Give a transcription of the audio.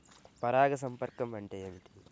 పరాగ సంపర్కం అంటే ఏమిటి?